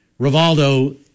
Rivaldo